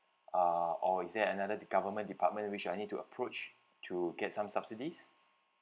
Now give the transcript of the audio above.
uh or is there another government department which I need to approach to get some subsidies